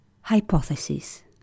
Hypothesis